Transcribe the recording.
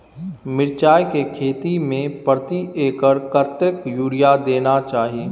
मिर्चाय के खेती में प्रति एकर कतेक यूरिया देना चाही?